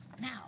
Now